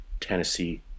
Tennessee